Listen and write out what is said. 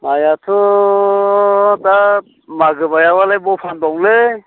मायआथ' दा मागो बायाबालाय बहा फानबावनोलै